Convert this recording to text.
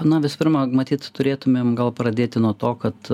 na visų pirma matyt turėtumėm gal pradėti nuo to kad